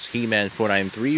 He-Man493